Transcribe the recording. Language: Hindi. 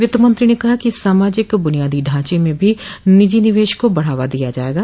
वित्तमंत्रो ने कहा कि सामाजिक बूनियादी ढाँचे में भी निजी निवेश को बढ़ावा दिया जायेगा